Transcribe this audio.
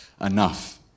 enough